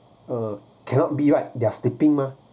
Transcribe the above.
uh cannot be right they're sleeping mah